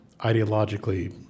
ideologically